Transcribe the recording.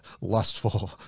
lustful